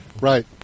Right